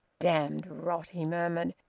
damned rot! he murmured,